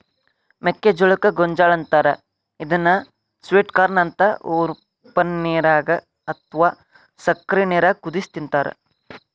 ಮೆಕ್ಕಿಜೋಳಕ್ಕ ಗೋಂಜಾಳ ಅಂತಾರ ಇದನ್ನ ಸ್ವೇಟ್ ಕಾರ್ನ ಅಂತ ಉಪ್ಪನೇರಾಗ ಅತ್ವಾ ಸಕ್ಕರಿ ನೇರಾಗ ಕುದಿಸಿ ತಿಂತಾರ